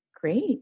Great